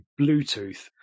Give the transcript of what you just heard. Bluetooth